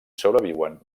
sobreviuen